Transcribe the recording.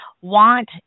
want